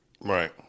Right